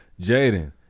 Jaden